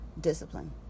discipline